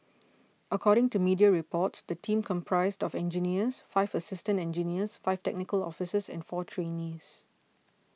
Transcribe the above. according to media reports the team comprised of engineers five assistant engineers five technical officers and four trainees